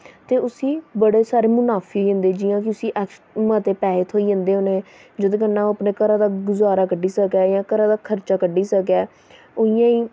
ते उस्सी बड़े सारी मुनाफी होंदी जि'यां कि उस्सी मते पैसे थ्होई जंदे होने जेह्दे कन्नै ओह् अपने घरा दा गुजारा कड्ढी सकै घरै दा खर्चा कड्ढी सकै इ'यां गै